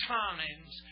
times